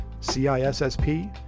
C-I-S-S-P